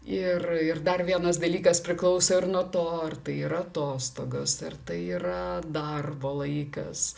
ir ir dar vienas dalykas priklauso ir nuo to ar tai yra atostogos ar tai yra darbo laikas